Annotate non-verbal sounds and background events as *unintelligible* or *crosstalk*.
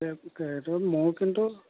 *unintelligible* মোৰ কিন্তু